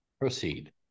Proceed